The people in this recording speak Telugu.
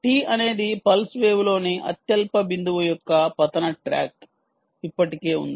t అనేది పల్స్ వేవ్లోని అత్యల్ప బిందువు యొక్క పతన ట్రాక్ ఇప్పటికే ఉంది